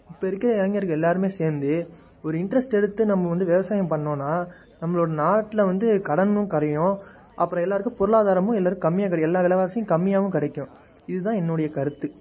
இப்போ இருக்கிற இளைஞர்கள் எல்லாருமே சேர்ந்து ஒரு இன்ட்ரெஸ்ட்டு எடுத்து நம்ம வந்து விவசாயம் பண்ணோன்னா நம்மளோட நாட்டில் வந்து கடனும் கறையும் அப்புறம் எல்லாருக்கும் பொருளாதாரமும் எல்லாருக் கம்மியாக கெடை எல்லா விலவாசியும் கம்மியாகவும் கிடைக்கும் இது தான் என்னோடைய கருத்து